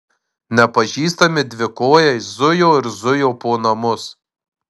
nepažįstami dvikojai zujo ir zujo po namus